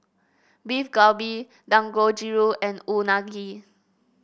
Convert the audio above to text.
Beef Galbi Dangojiru and Unagi